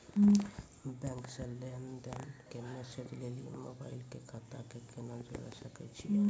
Bank से लेंन देंन के मैसेज लेली मोबाइल के खाता के केना जोड़े सकय छियै?